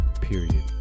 period